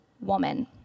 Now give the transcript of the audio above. woman